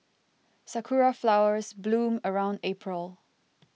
sakura flowers bloom around April